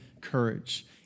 courage